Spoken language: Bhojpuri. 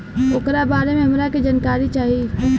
ओकरा बारे मे हमरा के जानकारी चाही?